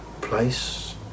place